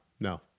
No